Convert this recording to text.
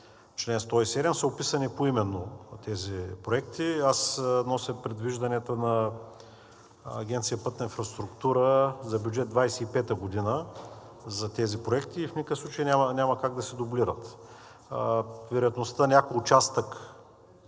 чл. 107 са описани поименно тези проекти. Аз нося предвижданията на Агенция „Пътна инфраструктура“ за бюджет 2025 г. за тези проекти и в никакъв случай няма как да се дублират. Вероятността някой участък